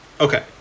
Okay